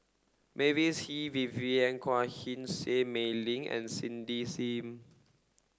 Mavis Hee Vivien Quahe Seah Mei Lin and Cindy Sim